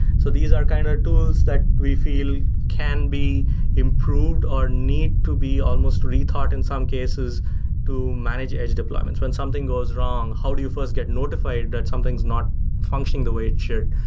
so these are kind of tools that we feel can be improved, or need to be almost rethought in some cases to manage edge deployments. when something goes wrong, how do you first get notified that something's not functioning the way it should?